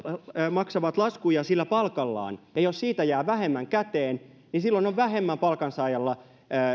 maksavat laskuja sillä palkallaan ja jos siitä jää vähemmän käteen niin silloin on vähemmän palkansaajalla